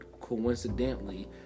coincidentally